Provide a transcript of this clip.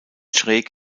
schräg